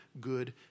good